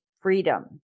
freedom